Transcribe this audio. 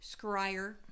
scryer